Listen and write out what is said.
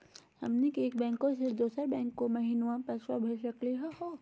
हमनी के एक बैंको स दुसरो बैंको महिना पैसवा भेज सकली का हो?